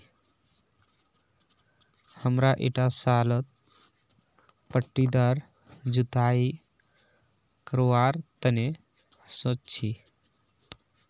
हमरा ईटा सालत पट्टीदार जुताई करवार तने सोच छी